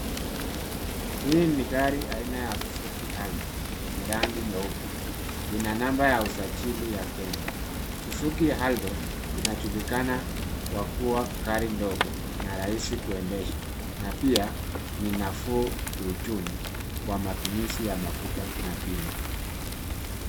Hii ni gari aina ya Suzuki Alto yenye rangi nyeupe. Ina namba ya usajili ya Kenya. Suzuki Alto inajulikana kwa kuwa gari ndogo na rahisi kuendesha, na pia ni nafuu kiuchumi kwa matumizi ya mafuta na bima.